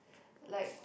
like